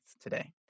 today